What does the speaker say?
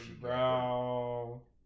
bro